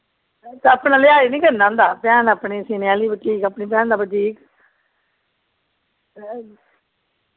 लेहाज निं करना होंदा भैन अपनी सीने आह्ली बुटीक अपनी भैन दा बुटीक